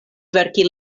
verki